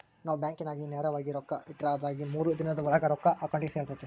ನಾವು ಬ್ಯಾಂಕಿನಾಗ ನೇರವಾಗಿ ರೊಕ್ಕ ಇಟ್ರ ಅದಾಗಿ ಮೂರು ದಿನುದ್ ಓಳಾಗ ರೊಕ್ಕ ಅಕೌಂಟಿಗೆ ಸೇರ್ತತೆ